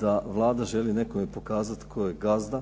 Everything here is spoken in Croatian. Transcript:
da Vlada želi nekome pokazat tko je gazda,